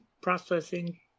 Processing